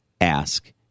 ask